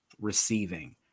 receiving